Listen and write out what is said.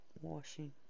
Washing